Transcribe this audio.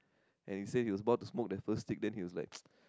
and he say he was about to smoke the first stick then he was like